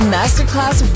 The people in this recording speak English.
masterclass